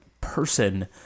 person